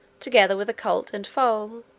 together with a colt and foal,